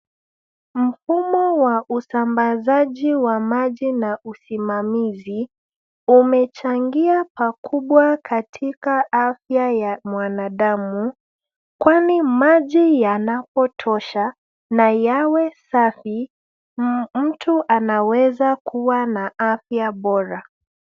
Mfumo wa usambazaji wa maji na usimamizi umechangia pakubwa katika afya ya mwanadamu, kwani maji yanapotosha na yawe safi mtu anaweza kuwa na afya bora.